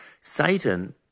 Satan